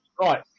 Right